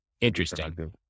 Interesting